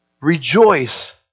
Rejoice